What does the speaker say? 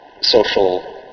social